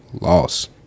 loss